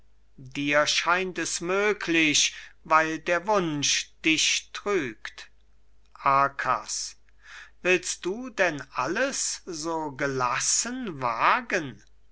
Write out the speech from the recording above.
dir scheint es möglich weil der wunsch dich trügt arkas willst du denn alles so gelassen wagen